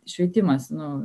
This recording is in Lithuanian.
šveitimas nu